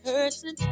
person